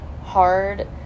hard